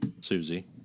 Susie